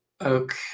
Okay